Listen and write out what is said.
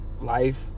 Life